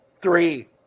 Three